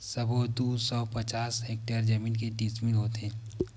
सबो दू सौ पचास हेक्टेयर जमीन के डिसमिल होथे?